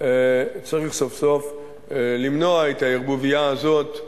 צריך סוף-סוף למנוע את הערבוביה הזאת.